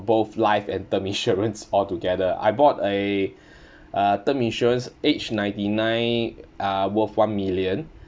both life and term insurance altogether I bought a uh term insurance age ninety nine uh worth one million